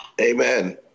Amen